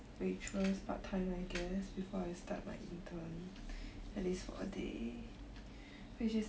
which is like very hard to apply now cause J_O_D now not a lot 因为现在 COVID what they all also not hiring